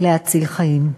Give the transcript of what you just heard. להציל חיים.